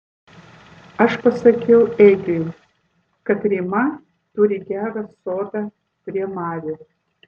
aš pasakiau egiui kad rima turi gerą sodą prie marių